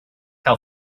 how